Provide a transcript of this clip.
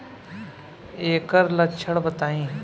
ऐकर लक्षण बताई?